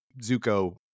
Zuko